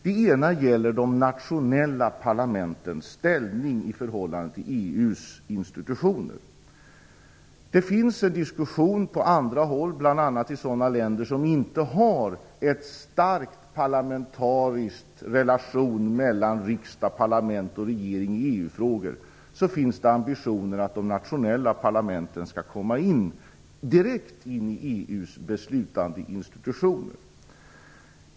Den ena gäller de nationella parlamentens ställning i förhållande till EU:s institutioner. Det finns en diskussion om detta på andra håll, bl.a. i sådana länder som inte har en stark parlamentarisk relation mellan riksdag, parlament, och regering i EU-frågor. Det finns ambitioner att de nationella parlamenten skall komma direkt in i EU:s beslutandeinstitutioner.